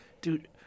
dude